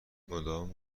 مدام